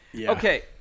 Okay